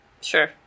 sure